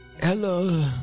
Hello